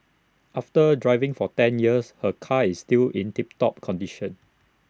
after driving for ten years her car is still in tip top condition